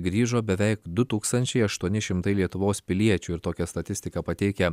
grįžo beveik du tūkstančiai aštuoni šimtai lietuvos piliečių tokią statistiką pateikia